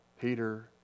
Peter